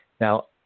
Now